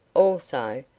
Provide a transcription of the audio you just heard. also,